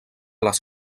les